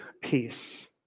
peace